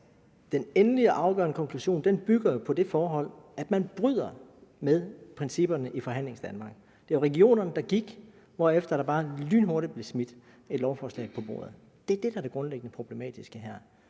den endelige, afgørende konklusion bygger jo på det forhold, at man bryder med principperne i Forhandlingsdanmark. Det var regionerne, der gik, hvorefter der bare lynhurtigt blev smidt et lovforslag på bordet. Det er det, der er det grundlæggende problematiske her.